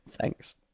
Thanks